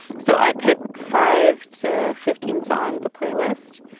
so i pick five to fifteen songs a playlist.